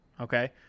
Okay